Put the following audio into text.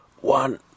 one